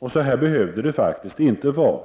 Så behöver det inte vara.